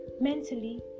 mentally